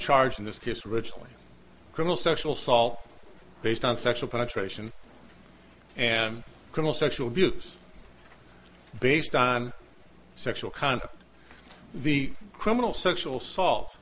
charged in this case originally criminal sexual salt based on sexual penetration and criminal sexual abuse based on sexual contact the criminal sexual salt